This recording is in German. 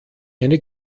eine